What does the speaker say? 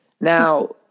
Now